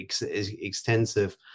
extensive